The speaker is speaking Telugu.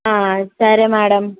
సరే మేడం